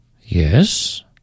Yes